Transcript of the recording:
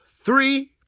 three